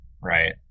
Right